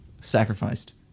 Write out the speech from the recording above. sacrificed